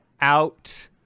out